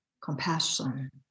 compassion